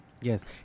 Yes